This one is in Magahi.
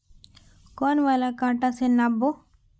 कौन वाला कटा से नाप बो?